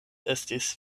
estis